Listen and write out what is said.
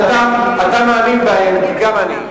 שאתה מאמין להם וגם אני.